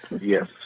Yes